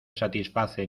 satisface